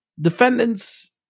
Defendants